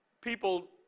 people